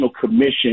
commission